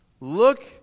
Look